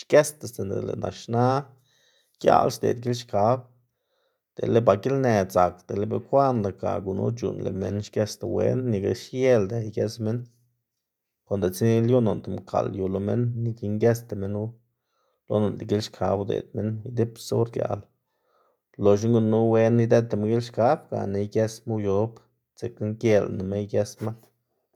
xgesda sinda lëꞌ naxna giaꞌl xdeꞌd gilxkab dele ba gilnë dzak dele bekwaꞌnda, ga gunu c̲h̲uꞌnn lëꞌ minn xgesda wen nika xielda iges minn, konde tseni lyu noꞌnda mkaꞌl yu lo minn nika ngesda minn lo noꞌnda gilxkab udeꞌd minn idibsa or giaꞌl, loxna wen ide'dtama gilxkab gana igesma uyob dzekna gielnama igesma.